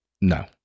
No